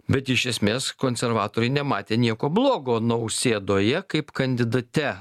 bet iš esmės konservatoriai nematė nieko blogo nausėdoje kaip kandidate